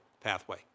pathway